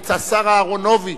את השר אהרונוביץ,